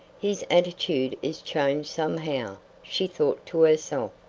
his attitude is changed somehow, she thought to herself,